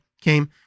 came